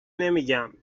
نمیگم